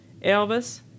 elvis